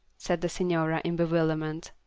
said the signora, in bewilderment.